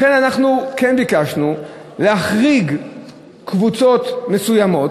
לכן אנחנו כן ביקשנו להחריג קבוצות מסוימות